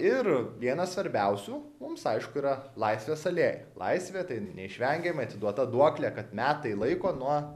ir vienas svarbiausių mums aišku yra laisvės alėja laisvė tai neišvengiamai atiduota duoklę kad metai laiko nuo